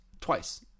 twice